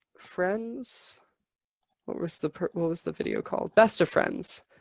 friends? what was the, what was the video called? best of friends!